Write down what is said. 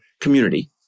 community